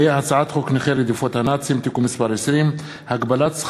הצעת חוק זכויות הדייר בדיור הציבורי (תיקון מס' 6) (סיוע ריאלי בשכר